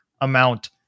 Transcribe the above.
amount